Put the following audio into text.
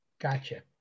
Gotcha